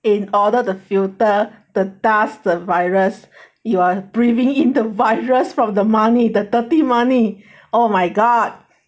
in order to filter the dust the virus you are breathing in the virus from the money the dirty money oh my god